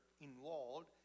involved